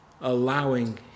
allowing